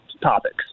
topics